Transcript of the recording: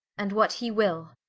and what he will,